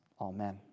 Amen